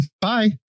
Bye